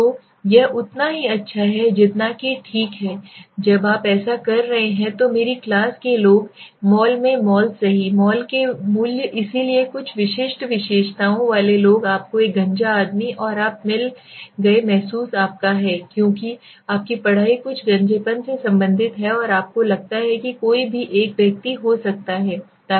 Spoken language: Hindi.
तो यह उतना ही अच्छा है जितना कि ठीक है जब आप ऐसा कर रहे हैं तो मेरी क्लास के लोग मॉल में मॉल सही मॉल के मूल्य इसलिए कुछ विशिष्ट विशेषताओं वाले लोग आपको एक गंजा आदमी और आप मिल गए महसूस आपका है क्योंकि आपकी पढ़ाई कुछ गंजेपन से संबंधित है और आपको लगता है कि कोई भी एक व्यक्ति हो सकता है